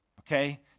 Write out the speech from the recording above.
okay